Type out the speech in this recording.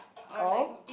all